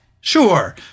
sure